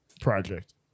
project